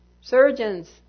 surgeons